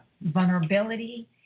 vulnerability